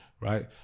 right